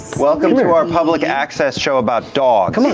welcome to our public access show about dogs.